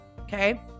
Okay